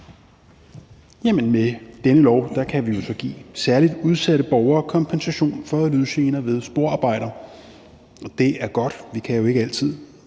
Med denne lov kan vi jo så give særlig udsatte borgere kompensation for lydgener ved sporarbejder, og det er godt. Vi kan jo ikke altid